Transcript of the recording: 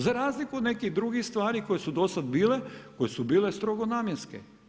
Za razliku od nekih drugih stvari koji su do sada bile, koje su bile strogo namjenske.